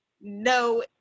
no